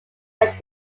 that